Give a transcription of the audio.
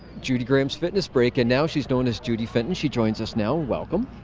judi graham's fitness break, and now she's known as judi fenton, she joins us now, welcome.